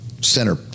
center